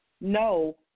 No